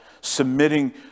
submitting